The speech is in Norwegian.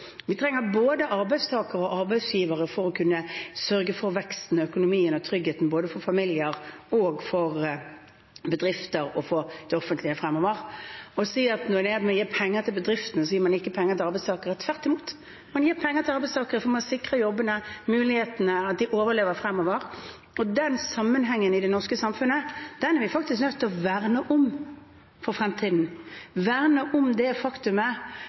Vi trenger både arbeidstakere og arbeidsgivere for å sørge for vekst i økonomien og trygghet for både familier, bedrifter og det offentlige fremover. Å si at når man gir penger til bedriftene, gir man ikke penger til arbeidstakere – tvert imot! Man gir penger til arbeidstakerne fordi man sikrer jobbene og mulighetene, slik at de overlever fremover. Den sammenhengen i det norske samfunnet er vi nødt til å verne om for fremtiden – verne om det faktumet